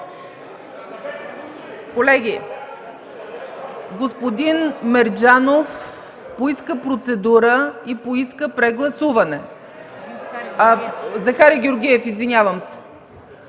Колеги, господин Мерджанов поиска процедура и поиска прегласуване. (Реплики от КБ.) Извинявам се,